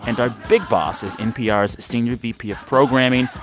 and our big boss is npr's senior bp of programming,